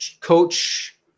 coach